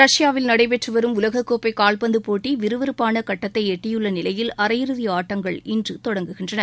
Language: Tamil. ரஷ்பாவில் நடைபெற்று வரும் உலகக் கோப்பை கால்பந்து போட்டி விறுவிறுப்பாள கட்டத்தை எட்டியுள்ள நிலையில் அரையிறுதி ஆட்டங்கள் இன்று தொடங்குகின்றன